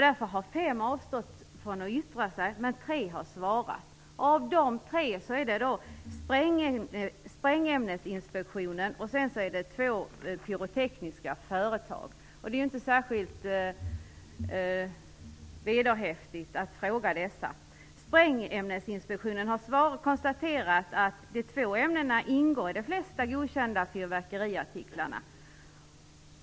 Därför har fem avstått från att yttra sig. Tre har svarat. Dessa tre är Sprängämnesinspektionen och två pyrotekniska företag. Det är inte särskilt vederhäftigt att fråga dessa. Sprängämnesinspektionen har konstaterat att de två ämnena ingår i de flesta godkända fyrverkeriartiklar.